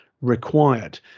required